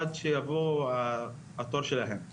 עד שיבוא התור שלהם לשיבוץ.